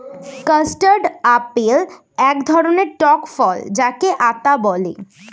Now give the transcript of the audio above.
custard apple এক ধরণের টক ফল যাকে আতা বলে